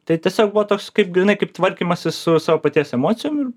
tai tiesiog buvo toks kaip grynai kaip tvarkymasis su savo paties emocijom ir